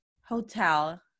hotel